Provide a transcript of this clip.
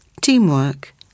teamwork